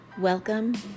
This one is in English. welcome